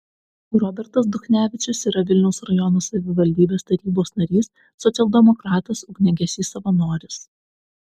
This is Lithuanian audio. robertas duchnevičius yra vilniaus rajono savivaldybės tarybos narys socialdemokratas ugniagesys savanoris